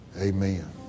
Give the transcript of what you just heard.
Amen